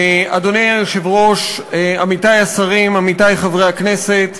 אדוני היושב-ראש, עמיתי השרים, עמיתי חברי הכנסת,